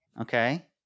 Okay